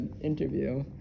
interview